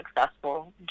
successful